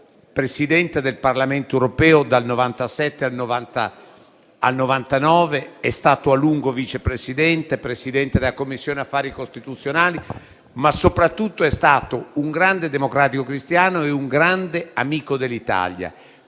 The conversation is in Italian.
Presidente del Parlamento europeo dal 1997 al 1999, è stato a lungo vice presidente e presidente della commissione affari costituzionali, ma soprattutto è stato un grande democratico cristiano e un grande amico dell'Italia.